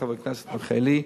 חבר הכנסת מיכאלי,